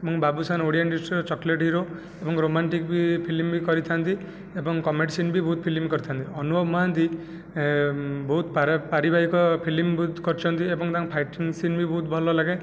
ମାନେ ବାବୁସାନ ଓଡ଼ିଆ ଇଣ୍ଡଷ୍ଟ୍ରିର chocolate hero ଏବଂ ରୋମାଣ୍ଟିକ ଫିଲ୍ମ ବି କରିଥାନ୍ତି ଏବଂ କମେଡ଼ି ସିନ୍ ବି ବହୁତ ଫିଲ୍ମ କରିଥାନ୍ତି ଅନୁଭବ ମହାନ୍ତି ବହୁତ ପାରିବାରିକ ଫିଲ୍ମ ବହୁତ କରିଛନ୍ତି ଏବଂ ତାଙ୍କର ଫାଇଟିଂ ସିନ୍ ବି ବହୁତ ଭଲଲାଗେ